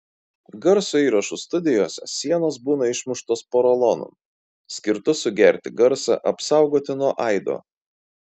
garso įrašų studijose sienos būna išmuštos porolonu skirtu sugerti garsą apsaugoti nuo aido